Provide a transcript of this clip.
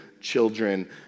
children